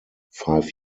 five